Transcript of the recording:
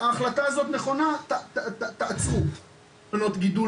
"ההחלטה הזאת נכונה, תעצרו בהנפקת רישיונות לגידול